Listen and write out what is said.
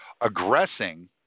aggressing